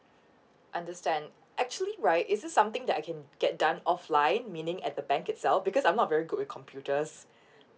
understand actually right is this something that I can get done offline meaning at the bank itself because I'm not very good with computers